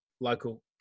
local